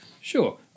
sure